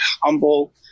humble